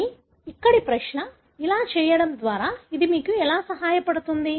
కానీ ఇక్కడ ప్రశ్న ఇలా చేయడం ద్వారా ఇది మీకు ఎలా సహాయపడుతుంది